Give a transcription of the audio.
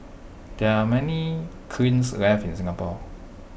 there are many kilns left in Singapore